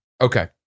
Okay